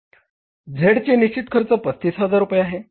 Z चे निश्चित खर्च 35000 रुपये आहे